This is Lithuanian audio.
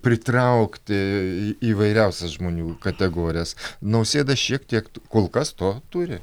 pritraukti įvairiausias žmonių kategorijas nausėda šiek tiek to kol kas to turi